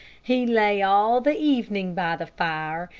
he lay all the evening by the fire,